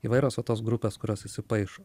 įvairios o tos grupės kurios įsipaišo